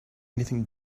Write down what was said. anything